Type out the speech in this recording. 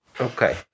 Okay